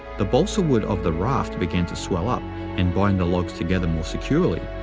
the balsa wood of the raft began to swell up and bind the logs together more securely,